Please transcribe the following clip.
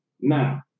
now